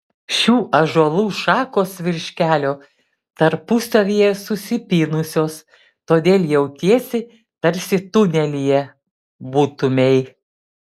šių ąžuolų šakos virš kelio tarpusavyje susipynusios todėl jautiesi tarsi tunelyje būtumei